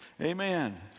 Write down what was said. Amen